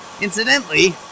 Incidentally